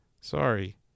sorry